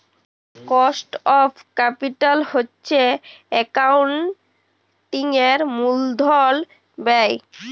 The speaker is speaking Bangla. কস্ট অফ ক্যাপিটাল হছে একাউল্টিংয়ের মূলধল ব্যায়